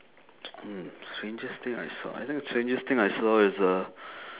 mm strangest thing I saw I think strangest thing I saw is uh